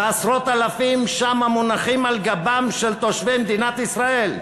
ועשרות אלפים שם מונחים על גבם של תושבי מדינת ישראל.